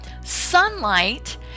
sunlight